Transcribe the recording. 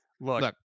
Look